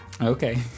Okay